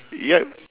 yup